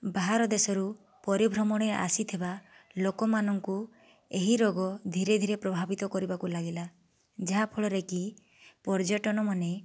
ବାହାର ଦେଶରୁ ପରିଭ୍ରମଣେ ଆସିଥିବା ଲୋକମାନଙ୍କୁ ଏହି ରୋଗ ଧୀରେ ଧୀରେ ପ୍ରଭାବିତ କରିବାକୁ ଲାଗିଲା ଯାହାଫଳରେକି ପର୍ଯ୍ୟଟନମାନେ